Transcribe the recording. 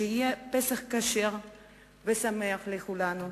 שיהיה פסח כשר ושמח לכולנו,